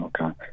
Okay